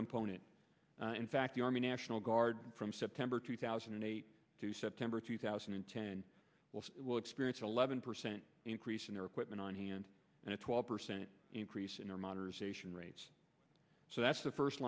component in fact the army national guard from september two thousand and eight to september two thousand and ten will experience eleven percent increase in their equipment on hand and a twelve percent increase in our modernization rates so that's the first